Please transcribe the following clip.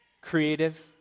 creative